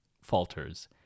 falters